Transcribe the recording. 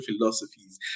philosophies